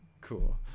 Cool